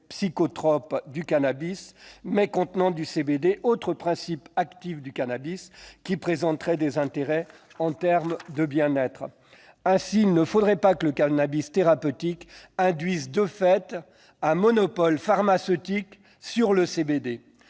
psychotrope du cannabis, mais avec du CBD, autre principe actif du cannabis, qui présente un intérêt en termes de bien-être. Il ne faudrait pas que le cannabis thérapeutique crée de fait un monopole pharmaceutique sur le CBD.